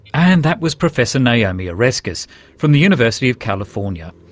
and that was professor naomi oreskes from the university of california.